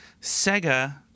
Sega